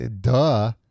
duh